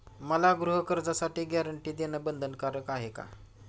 मला गृहकर्जासाठी गॅरंटी देणं बंधनकारक आहे का?